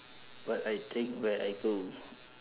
what I take where I go